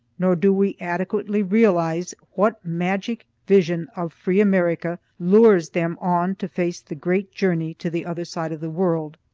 nor do we adequately realize what magic vision of free america lures them on to face the great journey to the other side of the world.